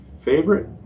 favorite